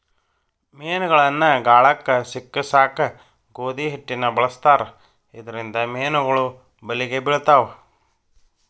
ಮೇನಗಳನ್ನ ಗಾಳಕ್ಕ ಸಿಕ್ಕಸಾಕ ಗೋಧಿ ಹಿಟ್ಟನ ಬಳಸ್ತಾರ ಇದರಿಂದ ಮೇನುಗಳು ಬಲಿಗೆ ಬಿಳ್ತಾವ